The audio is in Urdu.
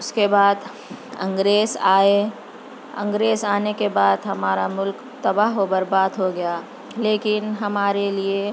اس کے بعد انگریز آئے انگریز آنے کے بعد ہمارا ملک تباہ و برباد ہو گیا لیکن ہمارے لیے